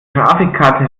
grafikkarte